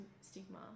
stigma